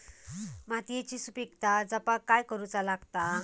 मातीयेची सुपीकता जपाक काय करूचा लागता?